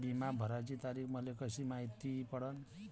बिमा भराची तारीख मले कशी मायती पडन?